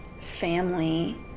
family